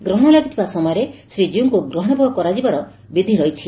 ଗ୍ରହଣ ଲାଗିଥିବା ସମୟରେ ଶ୍ରୀଜୀଉଙ୍କୁ ଗ୍ରହଶ ଭୋଗ କରାଯିବାର ବିଧି ରହିଛି